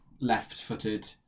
left-footed